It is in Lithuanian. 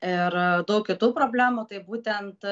ir daug kitų problemų tai būtent